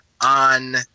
on